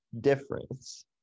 difference